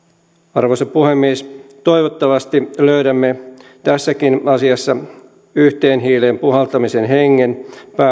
arvoisa puhemies toivottavasti löydämme tässäkin asiassa yhteen hiileen puhaltamisen hengen